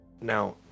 now